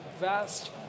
vast